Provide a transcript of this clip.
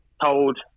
told